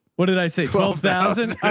what did i say? twelve thousand.